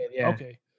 Okay